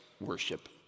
worship